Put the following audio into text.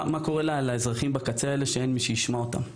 מה קורה לאזרחים האלה בקצה שאין מי שישמע אותם?